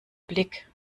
blick